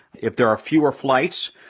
if there are fewer flights,